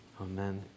amen